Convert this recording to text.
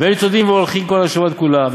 והן ניצודין והולכין כל השבת כולה.